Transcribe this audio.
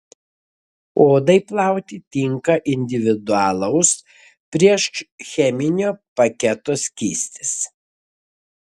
odai plauti tinka individualaus priešcheminio paketo skystis